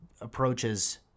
approaches